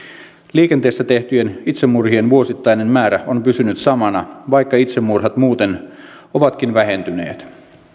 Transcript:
liikenteessä tehtyjen itsemurhien vuosittainen määrä on pysynyt samana vaikka itsemurhat muuten ovatkin vähentyneet